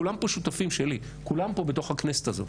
כולם פה שותפים שלי, כולם פה בתוך הכנסת הזו.